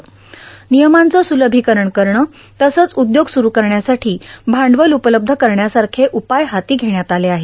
र्णनयमांचं सुलभीकरण करणं तसंच उदयोग सुरु करण्यासाठां भांडवल उपलब्ध करण्यासारखे उपाय हाती घेण्यात आले आहेत